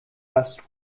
best